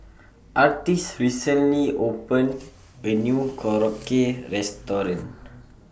Artis recently opened A New Korokke Restaurant